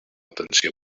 tensió